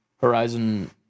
Horizon